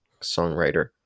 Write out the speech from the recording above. songwriter